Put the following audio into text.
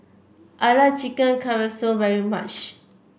I like Chicken Casserole very much